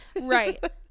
right